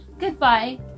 Goodbye